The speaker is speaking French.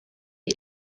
est